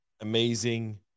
amazing